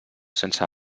sense